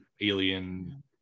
alien